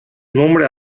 nombre